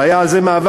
אבל היה על זה מאבק,